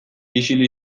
isil